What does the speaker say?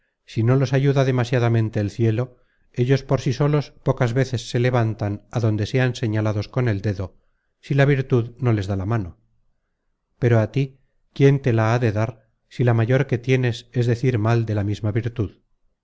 si no los ayuda demasiadamente el cielo ellos por sí solos pocas veces se levantan á donde sean señalados con el dedo si la virtud no les da la mano pero á tí quién te la ha de dar si la mayor que tienes es decir mal de la misma virtud